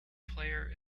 player